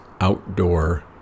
outdoor